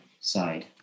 side